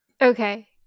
Okay